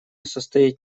состоит